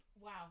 Wow